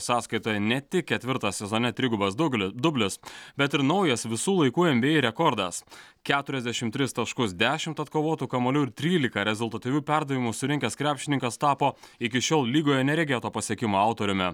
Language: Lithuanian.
sąskaitoje ne tik ketvirtas sezone trigubas dugli dublis bet ir naujas visų laikų nba rekordas keturiasdešim tris taškus dešimt atkovotų kamuolių ir trylika rezultatyvių perdavimų surinkęs krepšininkas tapo iki šiol lygoje neregėto pasiekimo autoriumi